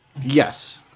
Yes